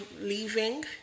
leaving